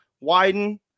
widen